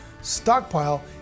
stockpile